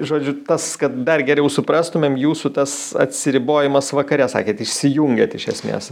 žodžiu tas kad dar geriau suprastumėm jūsų tas atsiribojimas vakare sakėt išsijungiat iš esmės